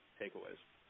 takeaways